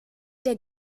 der